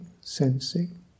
sensing